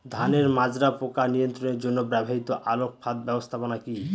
ধানের মাজরা পোকা নিয়ন্ত্রণের জন্য ব্যবহৃত আলোক ফাঁদ ব্যবস্থাপনা কি?